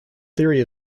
theory